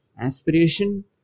aspiration